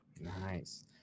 Nice